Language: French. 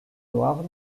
noires